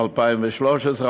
מ-2013,